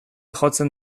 jotzen